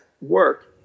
work